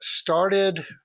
started